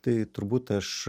tai turbūt aš